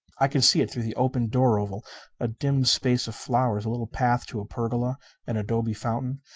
i could see it through the opened door oval a dim space of flowers a little path to a pergola an adobe fountain.